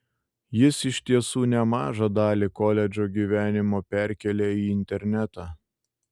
jis iš tiesų nemažą dalį koledžo gyvenimo perkėlė į internetą